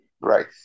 Right